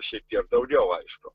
šiek tiek daugiau aišku